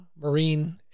marine